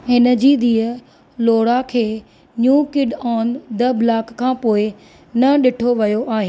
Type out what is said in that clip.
हिन जी धीअ लौरा खे new kid on the block खां पोइ न ॾिठो वियो आहे